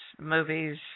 movies